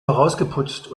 herausgeputzt